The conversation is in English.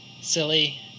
silly